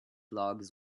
logs